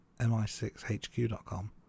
mi6hq.com